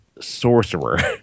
sorcerer